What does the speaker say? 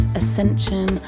ascension